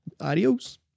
Adios